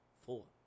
four